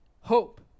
hope